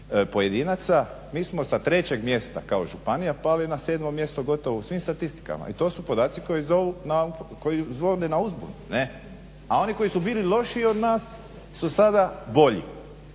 pojedinaca, mi smo sa trećeg mjesta kao županija pali na sedmo mjesto gotovo u svim statistikama. I to su podaci koji zovu na uzbunu. A oni koji su bili lošiji od nas su sada bolji.